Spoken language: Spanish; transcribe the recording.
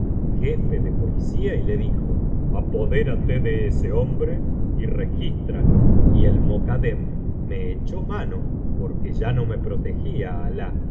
jefe ele policía y le dijo apodérate de ese hombre y regístralo y el mokadem me echó mano porque ya no me protegía alah y me